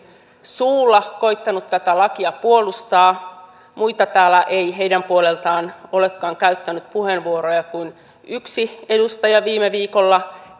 suulla koettanut tätä lakia puolustaa muita täällä ei heidän puoleltaan olekaan käyttänyt puheenvuoroja kuin yksi edustaja viime viikolla